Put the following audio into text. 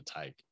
take